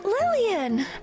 Lillian